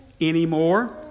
anymore